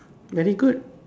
very good